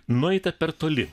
nueita per toli